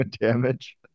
damage